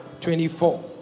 24